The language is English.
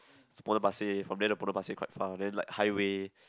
it's Potong Pasir from there to Potong Pasir quite far then like highway